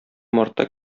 мартта